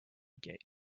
gate